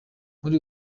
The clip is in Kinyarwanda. muri